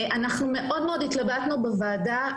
אנחנו מאוד מאוד התלבטנו בוועדה.